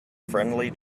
friendly